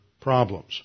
problems